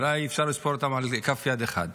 אולי אפשר לספור אותם על כף יד אחת.